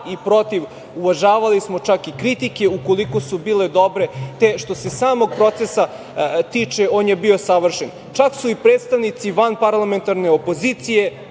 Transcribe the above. i protiv, uvažavali smo čak i kritike ukoliko su bile dobre, te što se samog procesa tiče on je bio savršen. Čak su i predstavnici vanparlamentarne opozicije